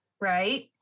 Right